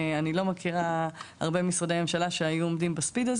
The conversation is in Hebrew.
אני לא מכירה הרבה משרדי ממשלה שהיו עומדים במהירות הזו